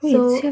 so